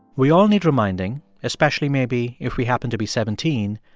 we all need reminding, especially maybe if we happen to be seventeen,